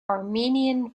armenian